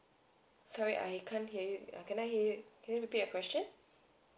sorry I can't hear you cannot hear you can you repeat your question